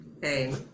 Hey